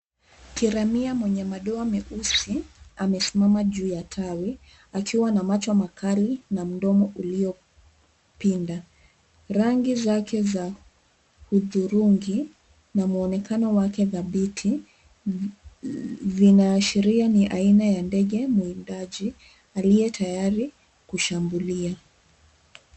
Kiramia mwenye madoa Meusi, amesimama juu ya tawi, akiwa na macho makali na mdomo uliopinda. Rangi zake za hudhurungi na mwonekano wake dhabiti, vinaashiria ni aina ya ndege muwindaji, aliye tayari kushambulia.